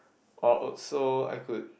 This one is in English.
or also I could